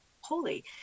holy